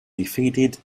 defeated